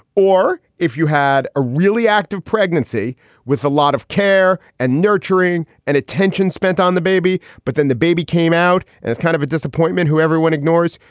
or if you had a really active pregnancy with a lot of care and nurturing and attention spent on the baby. but then the baby came out and it's kind of a disappointment who everyone ignores.